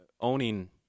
owning